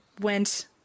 went